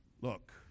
Look